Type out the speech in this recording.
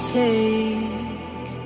take